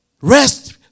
rest